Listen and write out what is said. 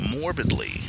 morbidly